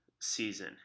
season